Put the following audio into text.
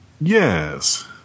Yes